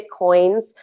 Bitcoins